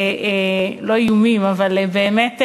לא איומים אבל באמת,